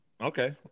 Okay